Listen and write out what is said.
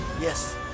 Yes